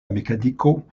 mekaniko